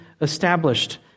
established